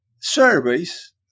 surveys